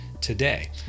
today